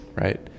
right